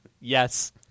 Yes